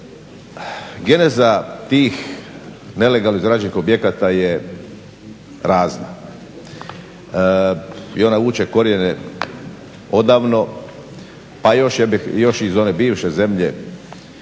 Geneza tih nelegalno izgrađenih objekata je prazna ona vuče korijene odavno, pa još i iz one bivše zemlje